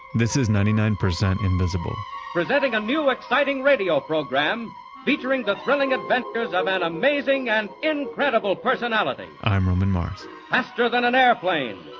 this is ninety nine percent invisible presenting a new exciting radio program featuring the thrilling adventures of an amazing and incredible personality! i'm roman mars faster than an airplane,